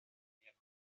acuerdo